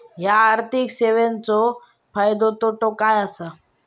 हया आर्थिक सेवेंचो फायदो तोटो काय आसा?